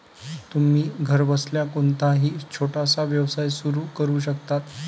तुम्ही घरबसल्या कोणताही छोटासा व्यवसाय सुरू करू शकता